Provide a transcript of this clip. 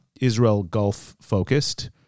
Israel-Gulf-focused